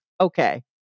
Okay